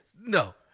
No